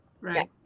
Right